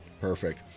Perfect